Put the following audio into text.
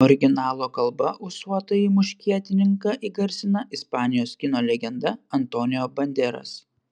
originalo kalba ūsuotąjį muškietininką įgarsina ispanijos kino legenda antonio banderas